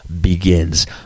begins